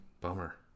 Bummer